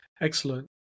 Excellent